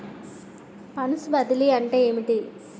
Funds బదిలీ అంటే ఏమిటి?